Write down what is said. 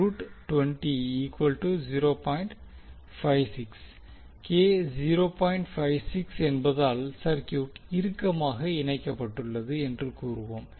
56 என்பதால் சர்கியூட் இறுக்கமாக இணைக்கப்பட்டுள்ளது என்று கூறுவோம்